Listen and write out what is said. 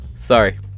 Sorry